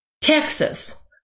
Texas